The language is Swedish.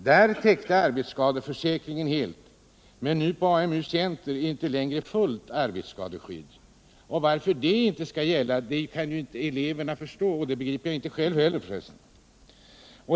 När de hade anställning gav yrkesskadeförsäkringen helt arbetsskadeskydd, men så är det alltså inte längre på AMU-centret. Varför det är på det sättet kan eleverna inte förstå, och det begriper inte jag heller.